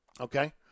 Okay